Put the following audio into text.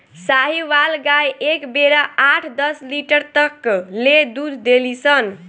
साहीवाल गाय एक बेरा आठ दस लीटर तक ले दूध देली सन